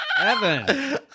Evan